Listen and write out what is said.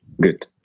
good